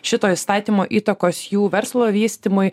šito įstatymo įtakos jų verslo vystymui